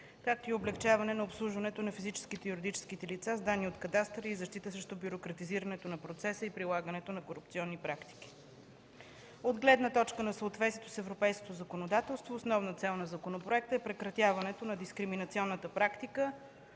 както и облекчаване на обслужването на физическите и юридическите лица с данни от кадастъра и защита срещу бюрократизирането на процеса и прилагането на корупционни практики. От гледна точка на съответствието с европейското законодателство основна цел на законопроекта е прекратяването на дискриминационната практика,